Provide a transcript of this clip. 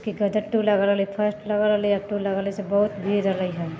कि गदर टू लगल रहलै फर्स्ट लगल रहलैए आब टू लगल हइ से बहुत भीड़ अर रहैए